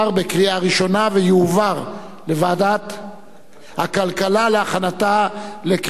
התשע"ב 2012, לוועדת הכלכלה נתקבלה.